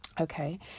Okay